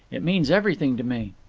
it means everything to me.